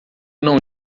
não